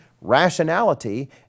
rationality